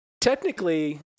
Technically